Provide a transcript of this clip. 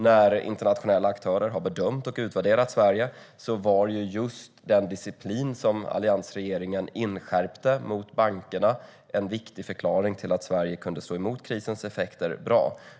När internationella aktörer har bedömt och utvärderat Sverige var just den disciplin som alliansregeringen inskärpte mot bankerna en viktig förklaring till att Sverige kunde stå emot krisens effekter bra.